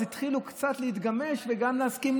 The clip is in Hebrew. אז התחילו קצת להתגמש וגם להסכים.